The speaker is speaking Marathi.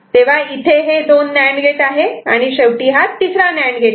तेव्हा इथे हे दोन नांड गेट आहे आणि शेवटी हा तिसरा नांड गेट आहे